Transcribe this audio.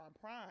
Prime